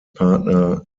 partner